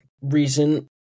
reason